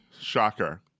Shocker